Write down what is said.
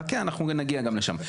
חכה, אנחנו נגיע גם לשם.